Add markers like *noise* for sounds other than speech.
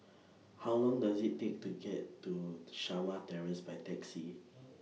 How Long Does IT Take to get to Shamah Terrace By Taxi *noise*